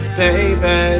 baby